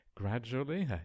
Gradually